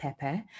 Pepe